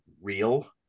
real